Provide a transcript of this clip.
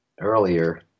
earlier